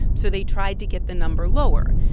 so they tried to get the number lower.